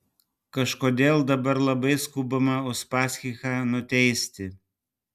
kažkodėl dabar labai skubama uspaskichą nuteisti